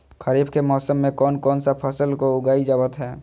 खरीफ के मौसम में कौन कौन सा फसल को उगाई जावत हैं?